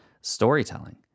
storytelling